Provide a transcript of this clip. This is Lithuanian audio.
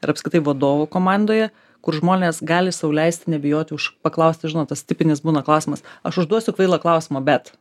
ir apskritai vadovų komandoje kur žmonės gali sau leist nebijoti už paklausti žinot tas tipinis būna klausimas aš užduosiu kvailą klausimą bet